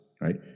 right